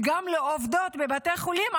וגם עובדות בבתי חולים,